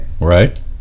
Right